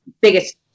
biggest